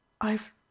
I've